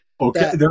Okay